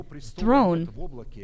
throne